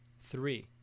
three